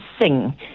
sing